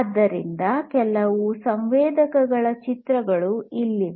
ಆದ್ದರಿಂದ ಕೆಲವು ಸಂವೇದಕಗಳ ಚಿತ್ರಗಳು ಇಲ್ಲಿವೆ